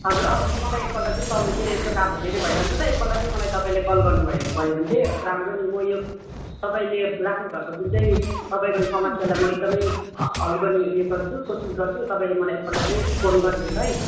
हजुर अवश्य मलाई एकपल्ट चाहिँ सम् मेरो यस्तो काम धेरै भइरहन्छ त एकपल्ट चाहिँ मलाई तपाईँले कल गर्नुभयो भयो भने चाहिँ राम्रो नि म यो तपाईँले राख्नुभएको जुन चाहिँ तपाईँको समस्यालाई म एकदमै ह हल गर्ने उयो गर्छु कोसिस गर्छु तपाईँले मलाई एकपल्ट चाहिँ फोन गरिदियोस् है